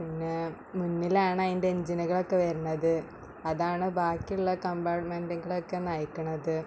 പിന്നേ മുന്നിലാണതിൻ്റെ എഞ്ചിനുകളൊക്കെ വരുന്നത് അതാണ് ബാക്കിയുള്ള കമ്പാട്ട്മെൻടുകളക്കെ നയിക്കുന്നത്